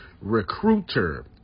Recruiter